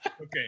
Okay